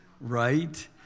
right